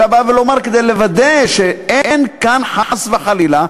אלא בא לומר כדי לוודא שאין כאן חס וחלילה,